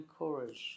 encourage